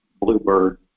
bluebird